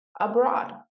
abroad